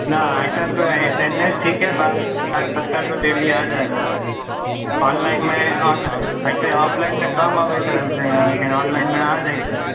न अइसन तऽ नइखे अटेंडेन्स ठीके बा साठ सत्तर गो डेली आ जाला ऑनलाइन मे ऐसे ऑफलाइन मे कम अबैत रहै लेकिन ऑनलाइन मे आ जाइ छै